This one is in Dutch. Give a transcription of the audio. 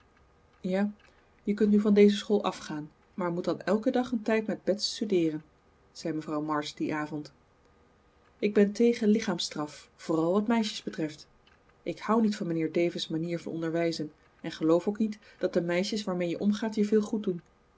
ja je kunt nu van deze school af gaan maar moet dan elken dag een tijd met bets studeeren zei mevrouw march dien avond ik ben tegen lichaamsstraf vooral wat meisjes betreft ik houd niet van mijnheer davis manier van onderwijzen en geloof ook niet dat de meisjes waarmee je omgaat je veel goed doen